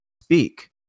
speak